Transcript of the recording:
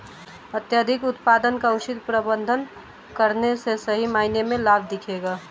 अत्यधिक उत्पादन का उचित प्रबंधन करने से सही मायने में लाभ दिखेगा